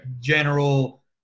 general